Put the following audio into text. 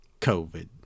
COVID